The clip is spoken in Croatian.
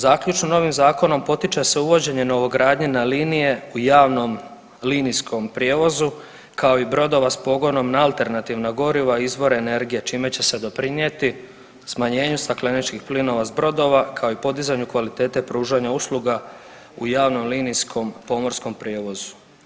Zaključno, novim zakonom potiče se uvođenje novogradnje na linije u javnom linijskom prijevozu kao i brodova s pogonom na alternativna goriva izvore energije čime se doprinijeti smanjenju stakleničkih plinova s brodova kao i podizanju kvalitete pružanja usluga u javno linijskom pomorskom prijevozu.